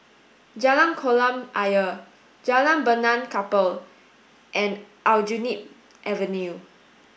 Jalan Kolam Ayer Jalan Benaan Kapal and Aljunied Avenue